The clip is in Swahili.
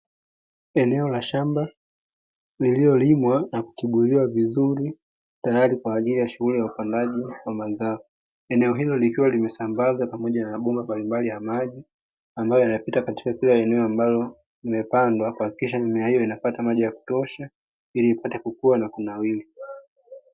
Eneo la shamba lililolimwa na kutifuliwa vizuri tayari kwa ajili ya shughuli ya upandaji wa mazao, eneo hilo likiwa limesambazwa mabomba mbalimbali ambayo yanapita katika kila eneo ambalo limepandwa kuhakikisha mimea hiyo inapata maji ya kutosha ili iweze kukua na kunawiri.